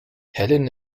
helen